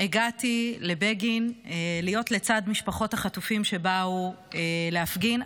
הגעתי לבגין להיות לצד משפחות החטופים שבאו להפגין,